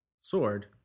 sword